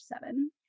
seven